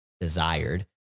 desired